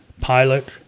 Pilot